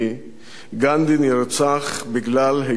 גנדי נרצח בגלל היותו יהודי,